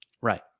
Right